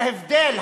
ההבדל,